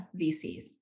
VCs